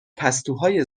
پستوهای